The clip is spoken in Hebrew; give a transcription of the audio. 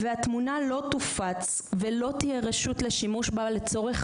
והתמונה לא תופץ ולא תהיה רשות לשימוש בה לצורך,